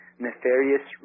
nefarious